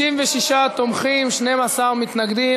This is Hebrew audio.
בעד, 56, נגד 12, אין נמנעים.